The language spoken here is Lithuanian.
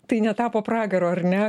tai netapo pragaru ar ne